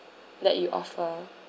that you offer